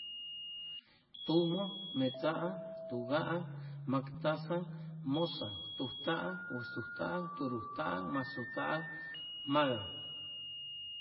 Tumʉ, metzaaŋ, tugaaŋ, mactazaŋ, mʉzaŋ, tujtaaŋ, wʉjtujtaaŋ, tugurujtaaŋ, maxtujtaaŋ, magaŋ